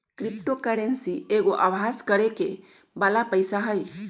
crypto currency एगो अभास करेके बला पइसा हइ